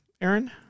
Aaron